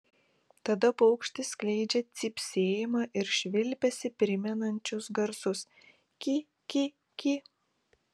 tada paukštis skleidžia cypsėjimą ir švilpesį primenančius garsus ki ki ki